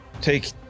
Take